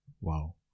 wow